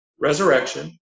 Resurrection